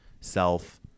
self